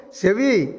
sevi